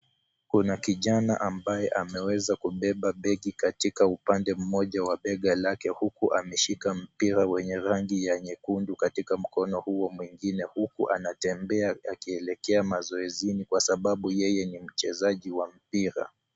Kuna kijana ambaye ameweza kubeba begi katika upande mmoja wa bega lake huku ameshika mpira wenye rangi ya nyekundu katika mkono huo mwingine huku anatembea yakielekea mazoezini kwa sababu yeye ni mchezaji wa mpira.